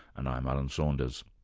and i'm alan saunders.